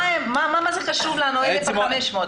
מה זה קשור ל-1,000 או ל-500?